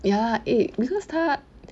ya eh because 他